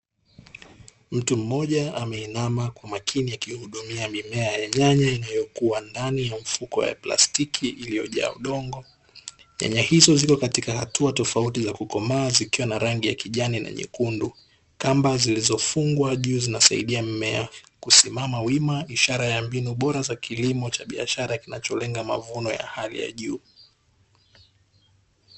Mtu mmoja ameinama kwa umakini akiihudumia mimea ya nyanya iliyokuwa ndani ya mifuko ya plastiki iliyojaa udongo. Nyanya hizo zipo katika hatua tofauti za kukomaa zikiwa na rangi ya kijani na nyekundu, kamba zilizofungwa juu zinasaidia mimea kusimama wima, ishara ya mbinu bora za kilimo cha biashara kinacholenga mavuno ya hali ya juu.